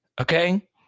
Okay